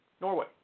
Norway